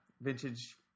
vintage